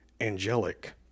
angelic